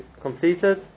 completed